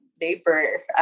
neighbor